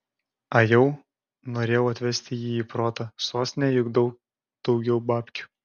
ajau norėjau atvesti jį į protą sostinėje juk daug daugiau babkių